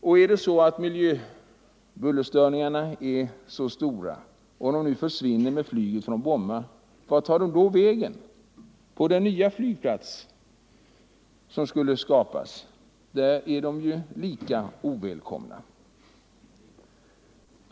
Om nu miljöoch bullerstörningarna är så stora, men skulle försvinna när flyget flyttats från Bromma, vart tar de då vägen? På den nya flygplats som skulle skapas är de lika ovälkomna.